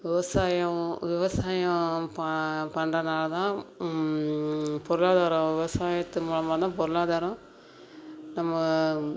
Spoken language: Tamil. விவசாயம் விவசாயம் பா பண்ணுறனால தான் பொருளாதாரம் விவசாயத்து மூலமாக தான் பொருளாதாரம் நம்ம